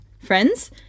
friends